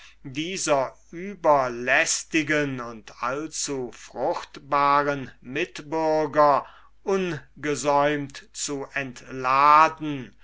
dieser überlästigen und allzufruchtbaren mitbürger ungesäumt zu entladen